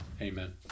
Amen